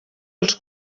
els